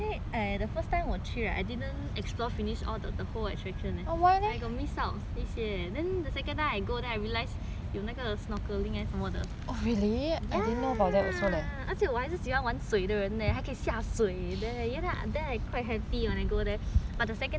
I didn't explore finish all the the whole attractions eh and I got miss out 一些 leh then the second time I go then I realise 有那个 snorkelling and 什么的 ya 而且我还是喜欢玩水的人还可以下水 ya lah then I quite happy when I go there but the second time when I go there all my